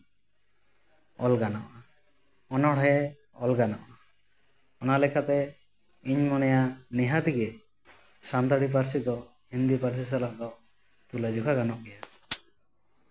ᱚᱞ ᱜᱟᱱᱚᱜᱼᱟ ᱚᱱᱚᱬᱦᱮᱸ ᱚᱞ ᱜᱟᱱᱚᱜᱼᱟ ᱚᱱᱟᱥᱮᱠᱟᱛᱮ ᱤᱧ ᱢᱚᱱᱮᱭᱟ ᱱᱤᱦᱟᱹᱛ ᱜᱮ ᱥᱟᱱᱛᱟᱲᱤ ᱯᱟᱹᱨᱥᱤ ᱫᱚ ᱦᱤᱱᱫᱤ ᱯᱟᱹᱨᱥᱤ ᱥᱟᱞᱟᱜ ᱫᱚ ᱛᱩᱞᱟᱹᱡᱚᱠᱷᱟ ᱜᱟᱱᱚᱜ ᱜᱮᱭᱟ